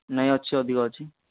ନାଇଁ ଅଛି ଅଧିକ ଅଛି